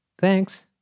Thanks